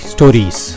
Stories